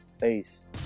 peace